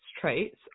traits